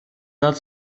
not